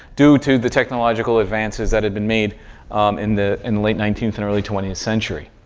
due to the technological advances that had been made in the in late nineteenth and early twentieth century.